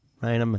right